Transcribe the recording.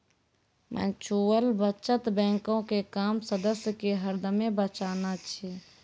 mutual बचत बैंको के काम सदस्य के हरदमे बचाना छै